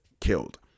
killed